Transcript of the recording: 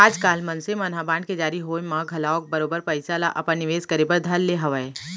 आजकाल मनसे मन ह बांड के जारी होय म घलौक बरोबर पइसा ल अपन निवेस करे बर धर ले हवय